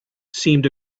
seemed